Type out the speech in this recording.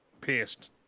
pissed